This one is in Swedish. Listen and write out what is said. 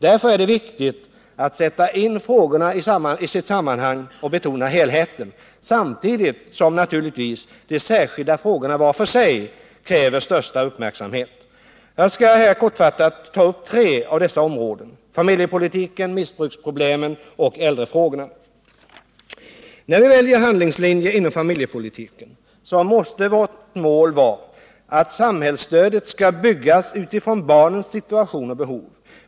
Därför är det viktigt att sätta in frågorna i sitt sammanhang och betona helheten, samtidigt som de särskilda frågorna var för sig kräver största uppmärksamhet. Jag skall här kortfattat ta upp tre av dessa områden — familjepolitiken, missbruksproblemen och äldrefrågorna. När vi väljer handlingslinje inom familjepolitiken måste vårt mål vara att samhällsstödet skall byggas ut utifrån barnens situation och behov.